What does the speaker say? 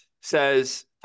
says